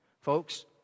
Folks